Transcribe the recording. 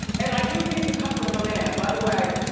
and i do need the comfort of a man, by the way.